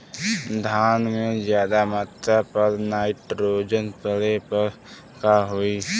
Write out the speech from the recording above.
धान में ज्यादा मात्रा पर नाइट्रोजन पड़े पर का होई?